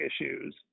issues